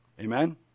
Amen